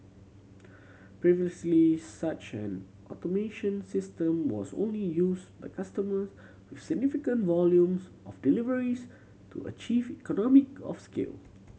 previously such an automation system was only used by customer with significant volumes of deliveries to achieve economic of scale